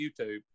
YouTube